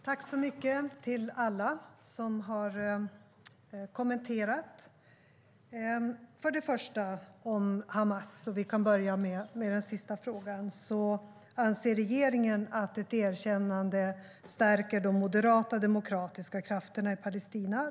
Herr talman! Jag tackar alla som har kommenterat. Vi kan börja med den sista frågan. Regeringen anser att ett erkännande stärker de moderata demokratiska krafterna i Palestina.